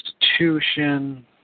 institution